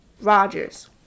Rogers